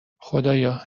خدایا